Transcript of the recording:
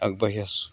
আগবাঢ়ি আছোঁ